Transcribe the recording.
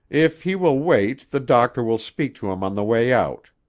if he will wait, the doctor will speak to him on the way out.